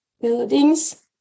buildings